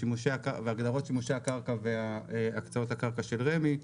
והגדרות שימושי הקרקע והקצאות הקרקע של רמ"י,